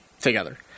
Together